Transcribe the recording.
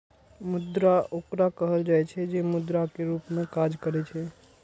मुद्रा ओकरा कहल जाइ छै, जे मुद्रा के रूप मे काज करै छै